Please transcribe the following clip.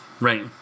Right